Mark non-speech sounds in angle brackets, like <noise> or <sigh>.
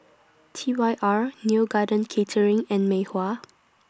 T Y R Neo Garden <noise> Catering and Mei Hua <noise>